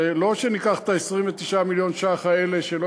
זה לא שניקח את 29 מיליון השקלים האלה שלא